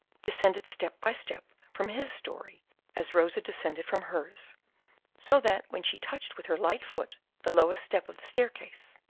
descended step by step from his story as rosa descended from hers so that, when she touched with her light foot the lowest step of the staircase,